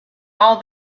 all